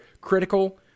critical